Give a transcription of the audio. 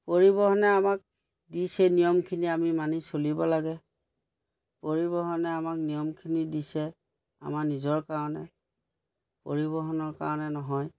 পৰিবহণে আমাক দিছেই নিয়মখিনি আমি মানি চলিব লাগে পৰিবহণে আমাক নিয়মখিনি দিছে আমাৰ নিজৰ কাৰণে পৰিবহণৰ কাৰণে নহয়